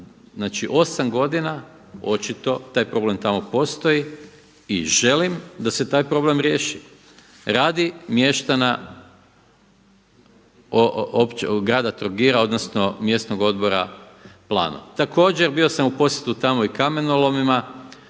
Znači 8 godina očito taj problem tamo postoji i želim da se taj problem riješi radi mještana grada Trogira, odnosno mjesnog odbora Plano. Također bio sam u posjetu tamo i kamenolomima,